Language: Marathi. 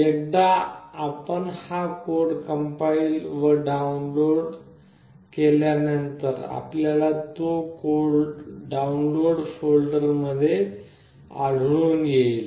एकदा आपण हा कोड कंपाईल व डाउनलोड केल्यानंतर आपल्याला तो कोड डाउनलोड फोल्डर मध्ये आढळू शकेल